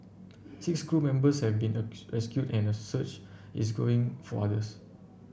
six crew members have been rescued and a search is growing for others